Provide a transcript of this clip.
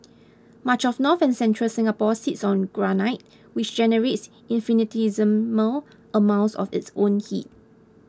much of north and central Singapore sits on granite which generates infinitesimal amounts of its own heat